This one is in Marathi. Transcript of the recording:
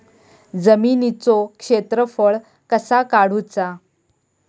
जमिनीचो क्षेत्रफळ कसा काढुचा?